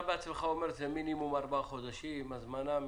אתה בעצמך אמרת שזה מינימום ארבעה חודשים הזמנה,